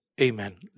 Amen